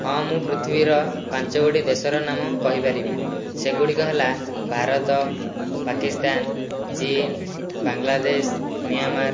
ହଁ ମୁଁ ପୃଥିବର ପାଞ୍ଚଗୋଟି ଦେଶର ନାମ କହିପାରିବି ସେଗୁଡ଼ିକ ହେଲା ଭାରତ ପାକିସ୍ତାନ ଚିନ୍ ବାଂଲାଦେଶ ମିଆଁମାର